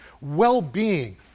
well-being